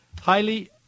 highly